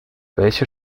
welche